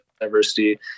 diversity